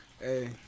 Hey